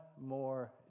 more